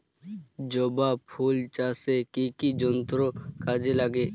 জবা ফুল চাষে কি কি যন্ত্র কাজে লাগে?